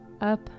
up